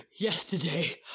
yesterday